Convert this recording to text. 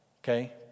okay